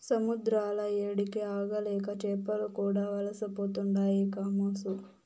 సముద్రాల ఏడికి ఆగలేక చేపలు కూడా వలసపోతుండాయి కామోసు